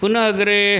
पुनः अग्रे